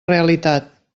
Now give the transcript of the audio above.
realitat